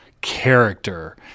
character